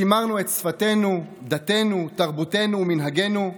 שמרנו את שפתנו, דתנו, תרבותנו ומנהגינו,